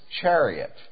chariot